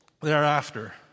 thereafter